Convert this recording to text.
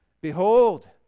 behold